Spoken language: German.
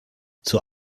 zur